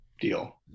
deal